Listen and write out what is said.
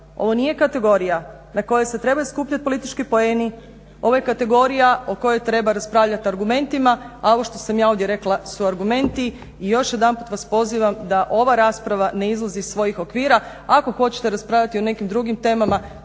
ovo nije kategorija na kojoj se trebaju skupljati politički poeni, ovo je kategorija o kojoj treba raspravljati argumentima. A ovo što sam ja ovdje rekla su argumenti i još jedanput vas pozivam da ova rasprava ne izlazi iz svojih okvira, ako hoćete raspravljati o nekim drugim temama